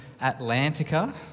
Atlantica